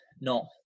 no